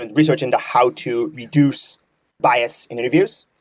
and research into how to reduce bias in interviews,